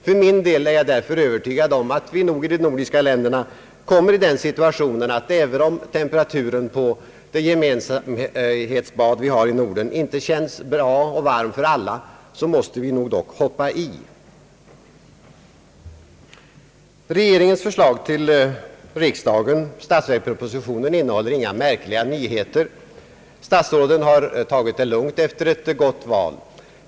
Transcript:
För min del är jag dock övertygad om att vi, även om vattentemperaturen i det nor diska gemensamhetsbadet inte känns så behaglig för alla, så måste vi ändå hoppai. Regeringens förslag till riksdagen, statsverkspropositionen, innehåller inga märkliga nyheter. Statsråden har tagit det lugnt efter ett gott val.